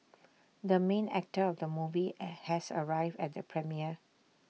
the main actor of the movie are has arrived at the premiere